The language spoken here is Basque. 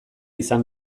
izan